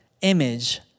image